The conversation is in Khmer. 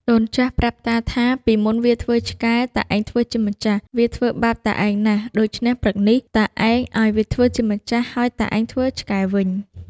ដូនចាស់ប្រាប់តាថា ពីមុនវាធ្វើឆ្កែ តាឯងធ្វើជាម្ចាស់ វាធ្វើបាបតាឯងណាស់ ដូច្នេះព្រឹកនេះតាឯងឱ្យវាធ្វើជាម្ចាស់ ហើយតាឯងធ្វើឆ្កែវិញ។